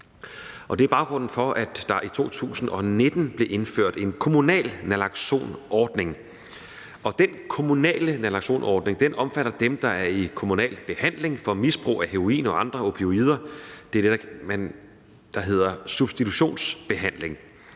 Det er baggrunden for, at der i 2019 blev indført en kommunal naloxonordning, og den kommunale naloxonordning omfatter dem, der er i kommunal behandling for misbrug af heroin og andre opioider. Det er det, der hedder substitutionsbehandling.